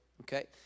Okay